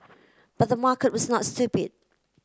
but the market was not stupid